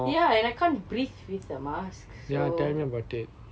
yeah and I can't breathe with the mask so